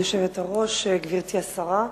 כבוד היושבת-ראש, גברתי השרה,